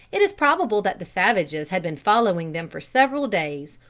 it is probable that the savages had been following them for several days,